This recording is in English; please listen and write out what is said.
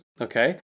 okay